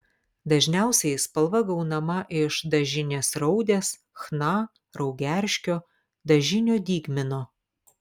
dažniausiai spalva gaunama iš dažinės raudės chna raugerškio dažinio dygmino